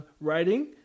writing